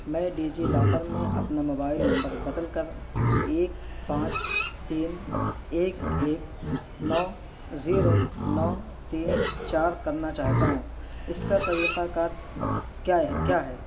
میں DigiLocker میں اپنا موبائل نمبر بدل کر ایک پانچ تین ایک ایک نو زیرو نو تین چار کرنا چاہتا ہوں اس کا طریقہ کار کیا ہے کیا ہے